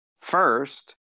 first